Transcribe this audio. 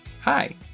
Hi